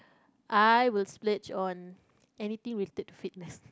I will splurge on anything related to fitness